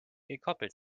gekoppelt